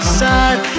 side